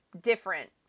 different